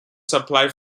supply